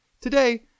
Today